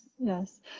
Yes